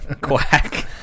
Quack